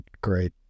great